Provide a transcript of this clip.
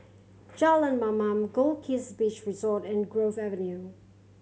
Jalan Mamam Goldkist Beach Resort and Grove Avenue